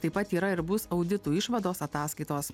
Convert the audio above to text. taip pat yra ir bus auditų išvados ataskaitos